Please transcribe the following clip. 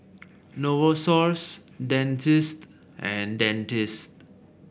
Novosource Dentiste and Dentiste